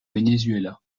venezuela